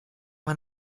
man